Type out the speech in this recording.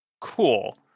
Cool